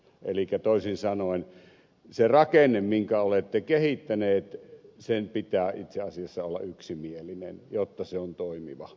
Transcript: elikkä toisin sanoen sen rakenteen minkä olette kehittäneet pitää itse asiassa olla yksimielinen jotta se on toimiva